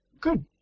Good